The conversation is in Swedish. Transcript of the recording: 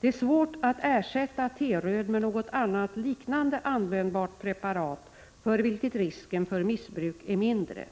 Det är svårt att ersätta ”T-röd” med något annat lika användbart preparat för vilket risken för missbruk är mindre.